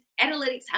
analytics